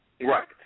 Right